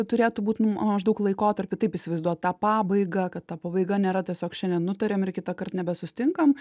turėtų būt nu maždaug laikotarpy taip įsivaizduot tą pabaigą kad ta pabaiga nėra tiesiog šiandien nutarėm ir kitąkart nebesusitinkam